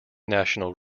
national